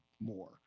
more